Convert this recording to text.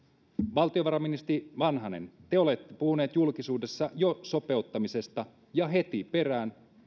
valtiovarainministeri vanhanen te olette jo puhunut julkisuudessa sopeuttamisesta ja heti perään